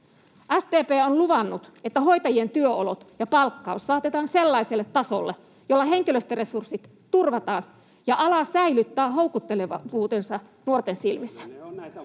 SDP on luvannut, että hoitajien työolot ja palkkaus laitetaan sellaiselle tasolle, jolla henkilöstöresurssit turvataan ja ala säilyttää houkuttelevuutensa nuorten silmissä.